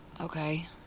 Okay